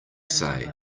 say